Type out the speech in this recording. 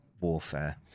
warfare